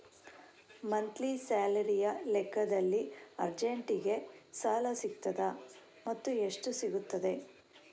Monthly ಸ್ಯಾಲರಿಯ ಲೆಕ್ಕದಲ್ಲಿ ಅರ್ಜೆಂಟಿಗೆ ಸಾಲ ಸಿಗುತ್ತದಾ ಮತ್ತುಎಷ್ಟು ಸಿಗುತ್ತದೆ?